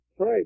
Right